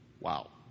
Wow